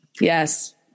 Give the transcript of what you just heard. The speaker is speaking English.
yes